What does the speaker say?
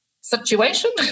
situation